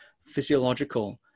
physiological